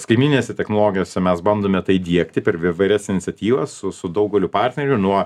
skaitmeninėse technologijose mes bandome tai įdiegti per įvairias iniciatyvas su su daugeliu partnerių nuo